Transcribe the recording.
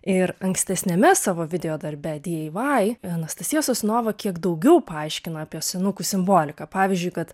ir ankstesniame savo videodarbe di ei vai anastasija sosunova kiek daugiau paaiškina apie senukų simboliką pavyzdžiui kad